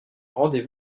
rendez